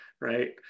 right